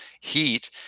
heat